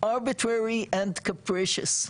arbitrary and capricious.